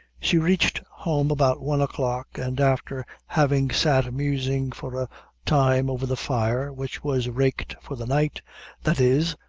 she reached home about one o'clock, and after having sat musing for a time over the fire, which was raked for the night that is,